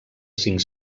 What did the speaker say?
cinc